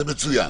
זה מצוין.